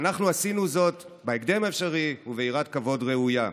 ואנחנו עשינו זאת בהקדם האפשרי וביראת כבוד ראויה.